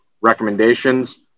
recommendations